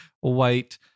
white